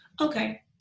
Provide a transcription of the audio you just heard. Okay